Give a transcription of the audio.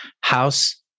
House